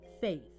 faith